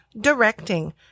directing